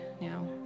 now